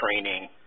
training